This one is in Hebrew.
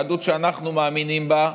היהדות שאנחנו מאמינים בה,